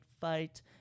fight